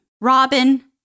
Robin